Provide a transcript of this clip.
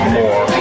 more